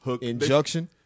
Injunction